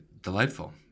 delightful